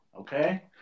okay